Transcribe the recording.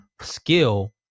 skill